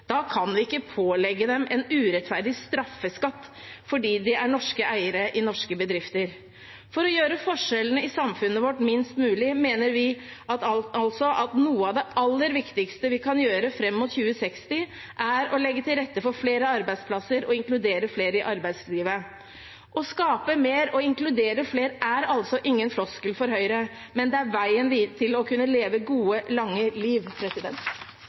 Da kan vi ikke pålegge dem en urettferdig straffeskatt fordi de er norske eiere i norske bedrifter. For å gjøre forskjellene i samfunnet vårt minst mulig mener vi at noe av det aller viktigste vi kan gjøre fram mot 2060, er å legge til rette for flere arbeidsplasser og inkludere flere i arbeidslivet. Å skape mer og inkludere flere er ingen floskel for Høyre, men det er veien til å kunne leve et godt, langt liv.